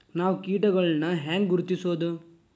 ನಾವ್ ಕೇಟಗೊಳ್ನ ಹ್ಯಾಂಗ್ ಗುರುತಿಸೋದು?